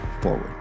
forward